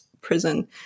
prison